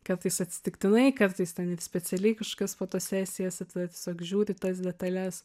kartais atsitiktinai kartais ten ir specialiai kažkokias fotosesijas ir tada tiesiog žiūriu į tas detales